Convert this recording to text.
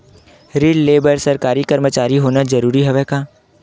ऋण ले बर सरकारी कर्मचारी होना जरूरी हवय का?